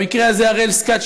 במקרה הזה הראל סקעת,